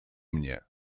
mnie